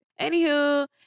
Anywho